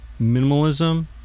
minimalism